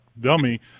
dummy –